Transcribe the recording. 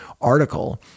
article